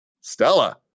stella